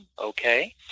okay